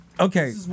Okay